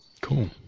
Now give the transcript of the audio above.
Cool